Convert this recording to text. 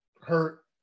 hurt